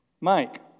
Mike